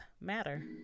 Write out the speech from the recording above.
matter